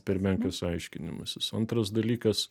per menkas aiškinimasis antras dalykas